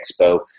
Expo